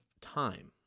time